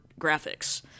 graphics